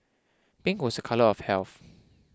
pink was a colour of health